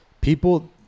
people